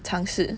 尝试